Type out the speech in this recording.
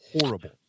horrible